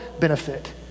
benefit